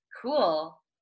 cool